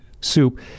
Soup